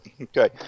Okay